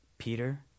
Peter